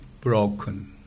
broken